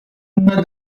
una